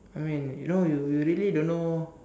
I mean you know you you really don't know